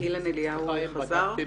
אילן אליהו חזר?